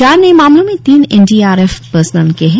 चार नए मामलों में तीन N D R F personnel है